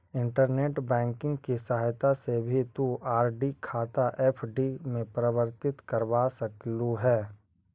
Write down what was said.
internet banking की सहायता से भी तु आर.डी खाता एफ.डी में परिवर्तित करवा सकलू हे